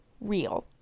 real